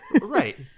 Right